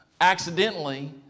accidentally